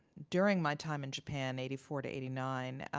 during my time in japan, eighty four to eighty nine,